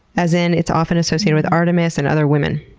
as in it's often associated with artemis and other women?